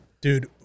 Dude